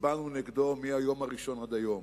הצבענו נגדו מהיום הראשון עד היום.